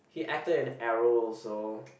he acted in arrow also